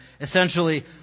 essentially